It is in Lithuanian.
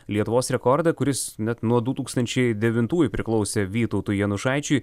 lietuvos rekordą kuris net nuo du tūkstančiai devintųjų priklausė vytautui janušaičiui